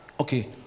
Okay